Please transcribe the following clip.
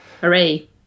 Hooray